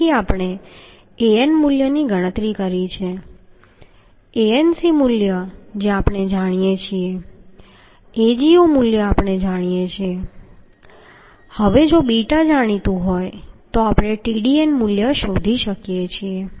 તેથી આપણે An મૂલ્યની ગણતરી કરી છે Anc મૂલ્ય જે આપણે જાણીએ છીએ Ago મૂલ્ય આપણે જાણીએ છીએ હવે જો બીટા જાણીતું હોય તો આપણે Tdn મૂલ્ય શોધી શકીએ છીએ